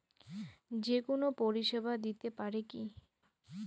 যে কোনো পরিষেবা দিতে পারি কি?